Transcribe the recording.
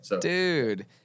Dude